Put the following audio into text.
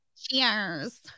Cheers